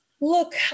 Look